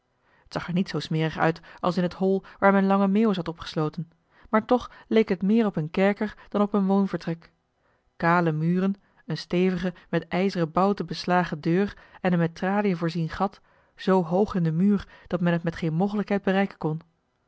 zag er niet zoo smerig uit als in het hol waar men lange meeuwis had opgesloten maar toch leek het meer op een kerker dan op een woonvertrek kale muren een stevige met ijzeren bouten beslagen deur en een met traliën voorzien gat zoo hoog in den muur dat men het met geen mogelijkheid bereiken kon